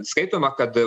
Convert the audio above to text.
skaitoma kad